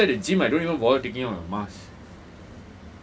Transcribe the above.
I so worried that inside the gym I don't even bother taking out my mask